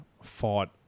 fought